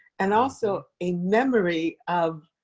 and also a memory of,